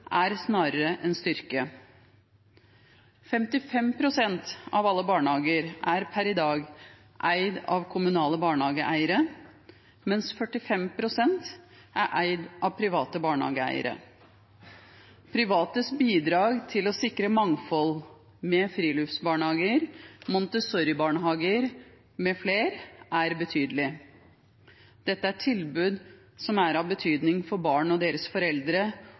er snarere en styrke. 55 pst. av alle barnehager er per i dag eid av kommunale barnehageeiere, mens 45 pst. er eid av private barnehageeiere. Privates bidrag til å sikre mangfold – med friluftsbarnehager, Montessori-barnehager mfl. – er betydelig. Dette er tilbud som er av betydning for barn og deres foreldre,